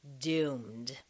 doomed